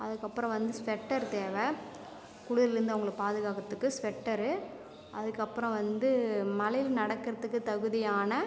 அதுக்கு அப்புறம் வந்து ஸ்வெட்டெர் தேவை குளுர்லருந்து அவங்களை பாதுகாக்குறதுக்கு ஸவெட்டெரு அதுக்கு அப்புறம் வந்து மலையில நடக்குறதுக்கு தகுதியான